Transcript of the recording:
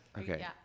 Okay